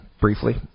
briefly